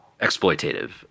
exploitative